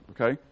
Okay